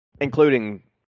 including